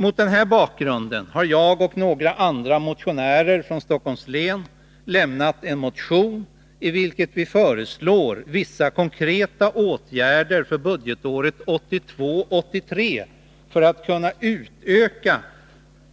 Mot den här bakgrunden har jag och några andra motionärer från Stockholms län väckt en motion, i vilken vi föreslår vissa konkreta åtgärder för budgetåret 1982/83 i syfte att kunna utöka